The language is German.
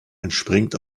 entspringt